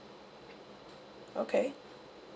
okay